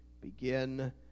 begin